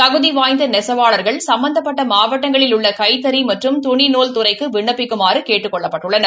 தகுதி வாய்ந்த நெசவாளா்கள் சும்பந்தப்பட்ட மாவட்டங்களில் உள்ள கைத்தறி மற்றும் துணிநூல் துறைக்கு விண்ணப்பிக்குமாறு கேட்டுக் கொள்ளப்பட்டுள்ளனர்